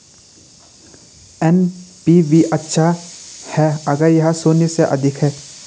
NPV अच्छा है अगर यह शून्य से अधिक है